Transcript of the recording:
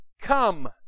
Come